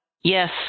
yes